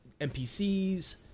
NPCs